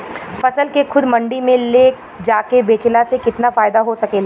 फसल के खुद मंडी में ले जाके बेचला से कितना फायदा हो सकेला?